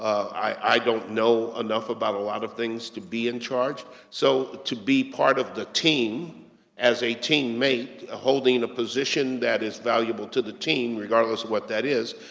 i, i don't know enough about a lot of things to be in charge. so to be part of the team as a team mate, ah holding in a position that is valuable to the team, regardless of what that is,